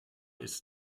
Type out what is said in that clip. ist